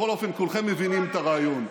בכל אופן, כולכם מבינים את הרעיון.